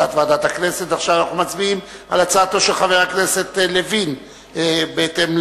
הצעת ועדת הכנסת להעביר את הצעת חוק רישוי עסקים (תיקון,